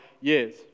years